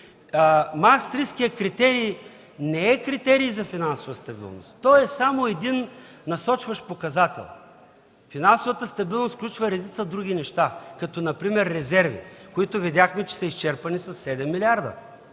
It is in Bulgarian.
Маастрихтският критерий не е критерий за финансова стабилност. Той е само един насочващ показател. Финансовата стабилност включва и редица други неща като например резерви, които видяхме, че са изчерпани със 7 милиарда.